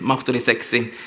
mahdolliseksi